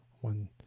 one